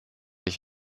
ich